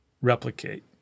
replicate